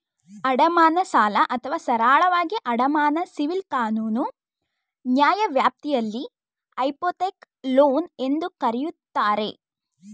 ಅಡಮಾನ ಸಾಲ ಅಥವಾ ಸರಳವಾಗಿ ಅಡಮಾನ ಸಿವಿಲ್ ಕಾನೂನು ನ್ಯಾಯವ್ಯಾಪ್ತಿಯಲ್ಲಿ ಹೈಪೋಥೆಕ್ ಲೋನ್ ಎಂದೂ ಕರೆಯುತ್ತಾರೆ